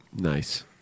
Nice